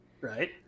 Right